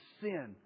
sin